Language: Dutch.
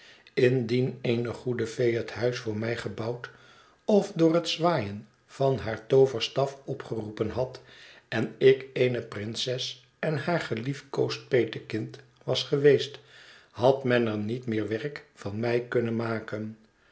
indien eene goede fee het huis voor mij gebouwd of door het zwaaien van haar tooverstaf opgeroepen had en ik eene prinses en haar geliefkoosd petekind was geweest had men er niet meer werk van mij kunnen maken